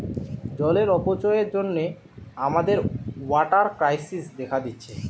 জলের অপচয়ের জন্যে আমাদের ওয়াটার ক্রাইসিস দেখা দিচ্ছে